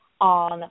on